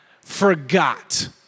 forgot